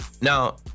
Now